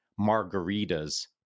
margaritas